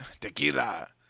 Tequila